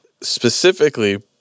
Specifically